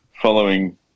following